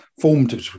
formed